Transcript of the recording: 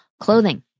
clothing